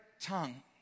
tongue